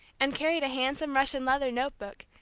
and carried a handsome russian leather note-book,